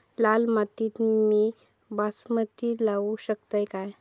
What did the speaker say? लाल मातीत मी बासमती लावू शकतय काय?